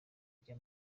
ajya